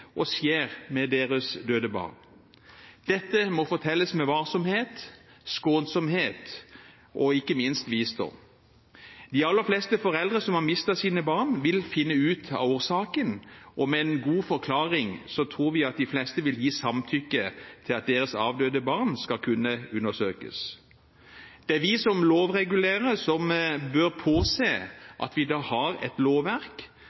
og skjer med deres døde barn. Dette må fortelles med varsomhet, skånsomhet og ikke minst visdom. De aller fleste foreldre som har mistet sine barn, vil finne ut av årsaken, og med en god forklaring tror vi at de fleste vil gi samtykke til at deres avdøde barn skal kunne undersøkes. Det er vi som lovregulerer, som bør påse at vi har et lovverk